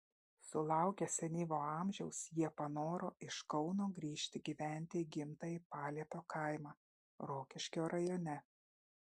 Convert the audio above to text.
sulaukę senyvo amžiaus jie panoro iš kauno grįžti gyventi į gimtąjį paliepio kaimą rokiškio rajone